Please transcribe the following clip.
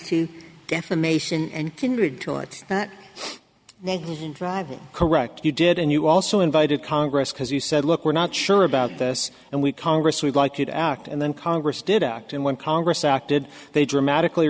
name driving correct you did and you also invited congress because you said look we're not sure about this and we congress we'd like you to act and then congress did act and when congress acted they dramatically